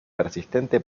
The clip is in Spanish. persistente